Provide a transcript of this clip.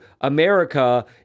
America